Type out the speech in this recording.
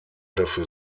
dafür